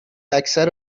اکثر